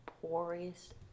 poorest